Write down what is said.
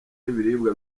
y’ibiribwa